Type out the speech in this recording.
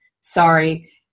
Sorry